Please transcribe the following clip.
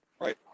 right